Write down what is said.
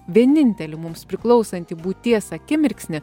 vienintelį mums priklausantį būties akimirksnį